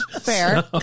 Fair